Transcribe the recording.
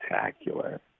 spectacular